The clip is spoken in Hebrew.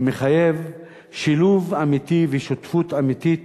מחייב שילוב אמיתי ושותפות אמיתית